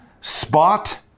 spot